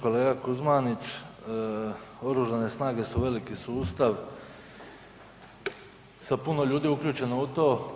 Kolega Kuzmanić, Oružane snage su veliki sustav sa puno ljudi uključeno u to.